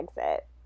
exit